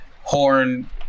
Horn